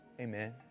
Amen